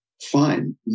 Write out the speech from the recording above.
fine